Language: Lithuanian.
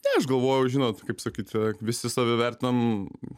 ne aš galvoju žinot kaip sakyt visi save vertinam